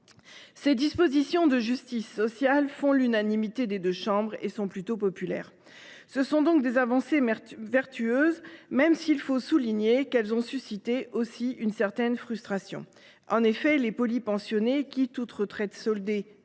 Ces dispositions de justice sociale ont fait l’unanimité des deux chambres et sont plutôt populaires. Ce sont donc des avancées vertueuses, même s’il faut souligner qu’elles ont aussi suscité une certaine frustration. En effet, les polypensionnés qui, toute retraite soldée,